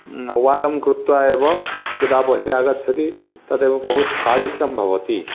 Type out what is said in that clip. नवालं कृत्वा एव यदा बहिरागच्छति तदेव बहु स्वादिष्टं भवति